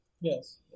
Yes